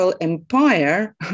Empire